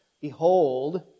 Behold